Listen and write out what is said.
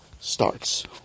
starts